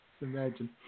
imagine